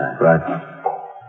Right